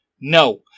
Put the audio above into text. No